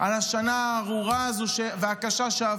חבר הכנסת משה טור פז, בבקשה.